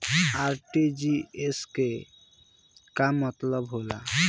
RTGS के का मतलब होला?